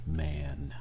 man